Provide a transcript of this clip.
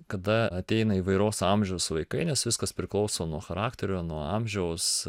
kada ateina įvairaus amžiaus vaikai nes viskas priklauso nuo charakterio nuo amžiaus